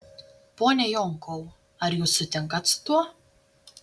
pone jonkau ar jūs sutinkat su tuo